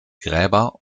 gräber